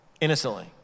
innocently